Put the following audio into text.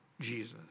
Jesus